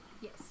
Yes